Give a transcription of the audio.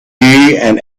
and